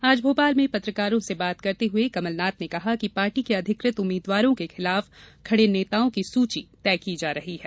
आज भोपाल में पत्रकारों से बात करते हुए कमलनाथ ने कहा कि पार्टी के अधिकृत उम्मीदवारों के खिलाफ खड़े नेताओं की सूची तैया की जा रही है